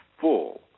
full